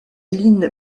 line